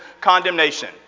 condemnation